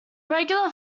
regular